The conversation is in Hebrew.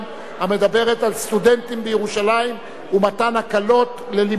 המדברת על סטודנטים בירושלים ומתן הקלות ללימודיהם.